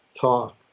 talk